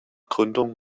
gründung